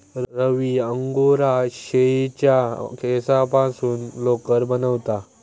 रवी angora शेळीच्या केसांपासून लोकर बनवता